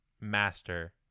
master